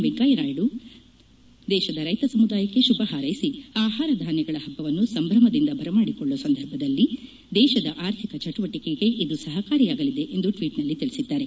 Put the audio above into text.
ವೆಂಕಯ್ಯನಾಯ್ದು ನಾಡಿನ ರೈತ ಸಮುದಾಯಕ್ಕೆ ಶುಭ ಹಾರೈಸಿ ಆಹಾರ ಧಾನ್ಯಗಳ ಹಬ್ಬವನ್ನು ಸಂಭ್ರಮದಿಂದ ಬರಮಾಡಿಕೊಳ್ಳುವ ಸಂದರ್ಭದಲ್ಲಿ ದೇಶದ ಆರ್ಥಿಕ ಚಟುವಟಿಕೆಗೆ ಇದು ಸಹಕಾರಿಯಾಗಲಿದೆ ಎಂದು ಟ್ವೀಟ್ನಲ್ಲಿ ತಿಳಿಸಿದ್ದಾರೆ